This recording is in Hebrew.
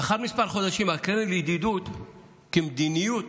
לאחר כמה חודשים, הקרן לידידות החליטה, כמדיניות,